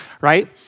right